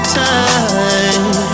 time